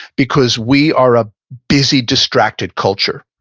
because we are a busy distracted culture,